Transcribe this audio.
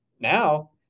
Now